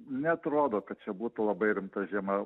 neatrodo kad čia būtų labai rimta žiema